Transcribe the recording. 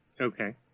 Okay